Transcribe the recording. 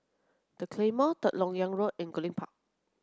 the Claymore Third Lok Yang Road and Goodlink Park